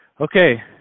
Okay